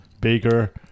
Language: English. baker